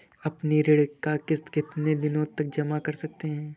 अपनी ऋण का किश्त कितनी दिनों तक जमा कर सकते हैं?